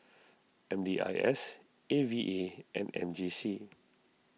M D I S A V A and M J C